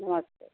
नमस्ते